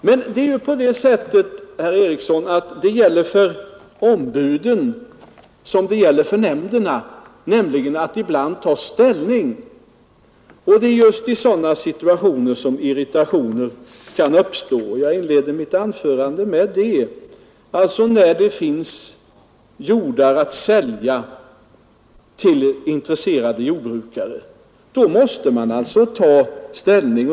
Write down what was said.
Men, herr Eriksson, för ombuden gäller detsamma som för nämnderna, nämligen att de ibland måste ta ställning, och det är just då som det kan uppstå irritation. Jag inledde mitt anförande med att säga det. När det finns jord att sälja till intresserade jordbrukare, så måste man ta ställning.